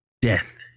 Death